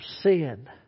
sin